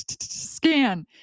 scan